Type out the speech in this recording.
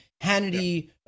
Hannity